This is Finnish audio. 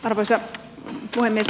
arvoisa puhemies